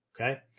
Okay